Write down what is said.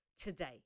today